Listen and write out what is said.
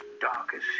darkest